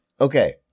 Okay